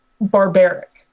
barbaric